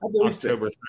October